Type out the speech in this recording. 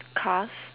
cars